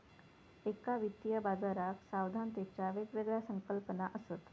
एका वित्तीय बाजाराक सावधानतेच्या वेगवेगळ्या संकल्पना असत